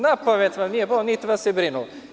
Na pamet vam nije palo, niti vas je brinulo.